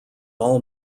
all